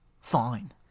Fine